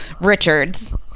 Richards